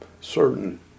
certain